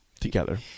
together